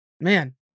Man